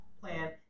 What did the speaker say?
plan